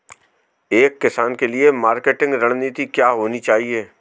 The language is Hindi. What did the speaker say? एक किसान के लिए मार्केटिंग रणनीति क्या होनी चाहिए?